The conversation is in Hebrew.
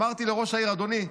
אמרתי לראש העיר: אדוני,